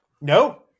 No